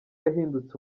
yahindutse